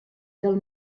del